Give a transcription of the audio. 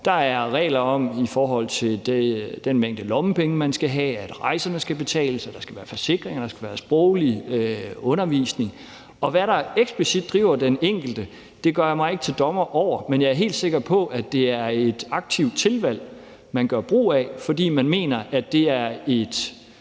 Der er regler om den mængde lommepenge, man skal have, at rejserne skal betales, at der skal være forsikringer, og at der skal være sproglig undervisning. Hvad der eksplicit driver den enkelte, gør jeg mig ikke til dommer over, men jeg er helt sikker på, at det er et aktivt tilvalg, man gør brug af, fordi man mener, det er en